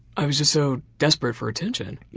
i was just so desperate for attention.